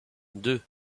deux